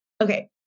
Okay